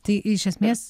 tai iš esmės